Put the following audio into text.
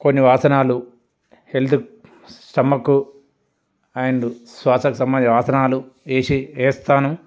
కొన్ని ఆసనాలు హెల్త్ స్టమకు అండ్ శ్వాసకు సంబంధించిన ఆసనాలు వేసి వేస్తాను